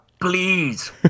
please